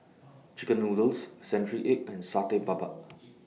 Chicken Noodles Century Egg and Satay Babat